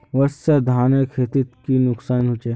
वर्षा से धानेर खेतीर की नुकसान होचे?